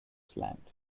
slant